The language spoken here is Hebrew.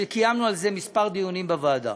וקיימנו על זה כמה דיונים בוועדה.